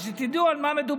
אז שתדעו על מה מדובר: